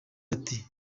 ati